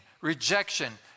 rejection